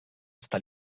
està